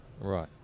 right